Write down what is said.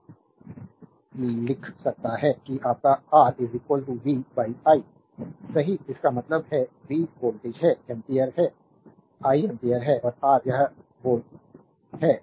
slide time देखें 1008 लिख सकता है कि आपका R v i सही इसका मतलब है v वोल्ट है i एम्पीयर है और R यह vol है